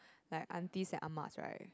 like aunties and Ah-Mas right